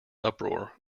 uproar